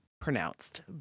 pronounced